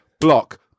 block